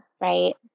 right